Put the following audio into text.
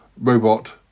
robot